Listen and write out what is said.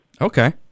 Okay